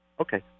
okay